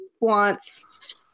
wants